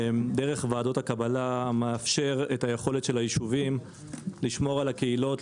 ועדות הקבלה מאפשר את היכולת של היישובים לשמור על הקהילות,